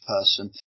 person